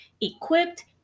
equipped